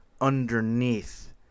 underneath